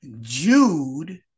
Jude